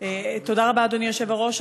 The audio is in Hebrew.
תודה רבה, אדוני היושב-ראש.